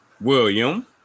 William